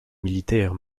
militaires